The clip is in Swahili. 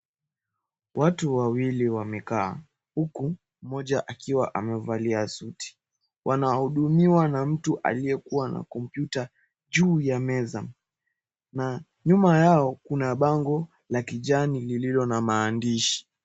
Watu wawili wamekaa huku mmoja akiwa amevalia suti, wanahudumiwa na mtu aliyekuwa na kompyuta juu ya meza na nyuma yao kuna bango la kijani lililo na maandishi.